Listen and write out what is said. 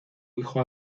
hijo